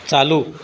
चालू